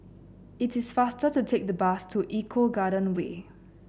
it is faster to take the bus to Eco Garden Way